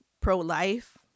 pro-life